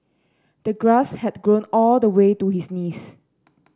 the grass had grown all the way to his knees